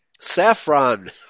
saffron